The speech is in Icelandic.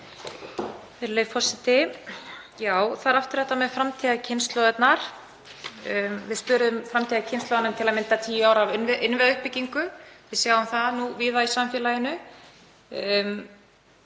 það er aftur þetta með framtíðarkynslóðirnar. Við spöruðum framtíðarkynslóðunum til að mynda tíu ár af innviðauppbyggingu. Við sjáum það nú víða í samfélaginu.